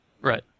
Right